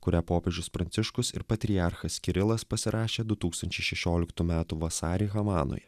kurią popiežius pranciškus ir patriarchas kirilas pasirašė du tūkstančiai šešioliktų metų vasarį havanoje